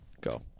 Go